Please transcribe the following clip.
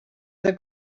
other